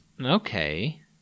Okay